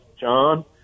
John